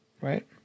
Right